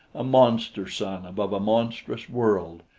a monster sun above a monstrous world,